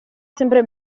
sempre